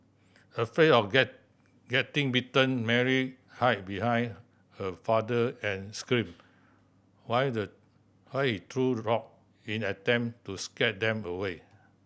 afraid of get getting bitten Mary hid behind her father and screamed while the high threw rock in an attempt to scare them away